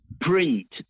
print